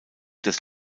des